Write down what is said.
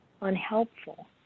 unhelpful